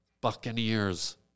Buccaneers